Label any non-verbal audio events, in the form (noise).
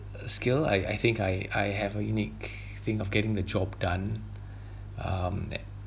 a skill I I think I I have a unique thing of getting the job done (breath) um that